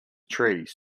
trees